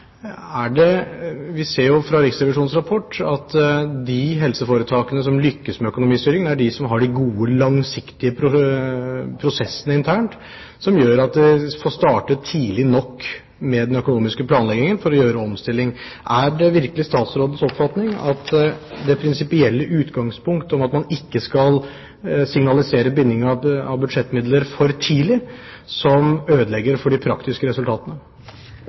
i fasen. Vi ser jo av Riksrevisjonens rapport at de helseforetakene som lykkes med økonomistyringen, er de som har de gode, langsiktige prosessene internt slik at en får startet tidlig nok med den økonomiske planleggingen for å gjøre omstilling. Er det virkelig statsrådens oppfatning at det er det prinsipielle utgangspunkt, at man ikke skal signalisere binding av budsjettmidler for tidlig, som ødelegger for de praktiske resultatene?